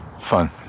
Fun